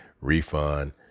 refund